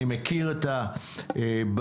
אני מכיר את הבעיות,